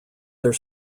their